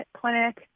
Clinic